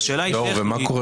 השאלה היא טכנית.